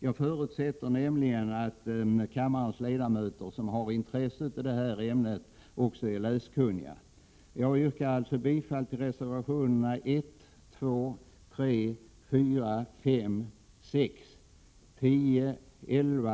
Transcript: Jag förutsätter nämligen att kammarens ledamöter som har intresse för det här ämnet också är läskunniga.